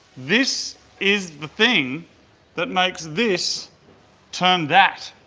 this is the thing that makes this turn that.